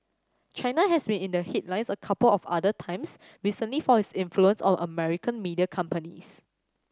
China has been in the headlines a couple of other times recently for its influence on American media companies